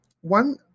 one